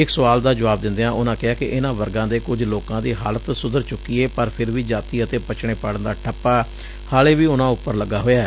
ਇਕ ਸੁਆਲ ਦਾ ਜੁਆਬ ਦਿੰਦਿਆਂ ਉਨਾਂ ਕਿਹਾ ਕਿ ਇਨਾਂ ਵਰਗਾ ਦੇ ਕੁਝ ਲੋਕਾ ਦੀ ਹਾਲਤ ਸੁਧਰ ਚੁੱਕੀ ਏ ਪਰ ਫਿਰ ਵੀ ਜਾਤੀ ਅਤੇ ਪਛੜੇਪਣ ਦਾ ਠੱਪਾ ਹਾਲੇ ਵੀ ਉਨਾਂ ਉਪਰ ਲਗਾ ਹੋਇਐ